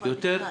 יותר